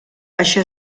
això